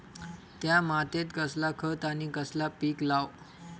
त्या मात्येत कसला खत आणि कसला पीक लाव?